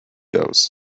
those